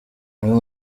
uyu